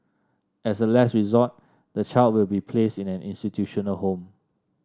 as a last resort the child will be placed in an institutional home